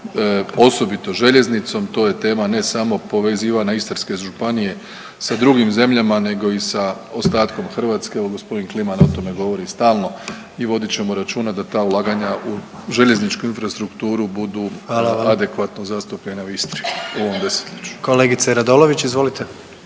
osobito željeznicom to je tema ne samo povezivanja Istarske županije sa drugim zemljama nego i sa ostatkom Hrvatske, evo gospodin Kliman o tome govori stalno i vodit ćemo računa da ta ulaganja u željezničku infrastrukturu budu adekvatno …/Upadica: Hvala vam./… zastupljena u Istri u ovom desetljeću. **Jandroković, Gordan